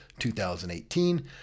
2018